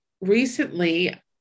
recently